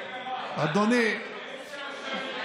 היית חבר הממשלה.